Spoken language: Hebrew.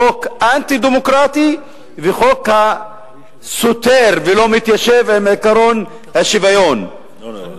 חוק אנטי-דמוקרטי וחוק הסותר את עקרון השוויון ולא מתיישב עמו.